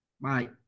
bye